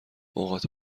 اوقات